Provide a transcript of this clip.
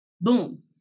Boom